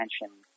attention